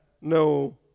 no